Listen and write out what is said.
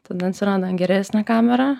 tada atsiranda geresnė kamera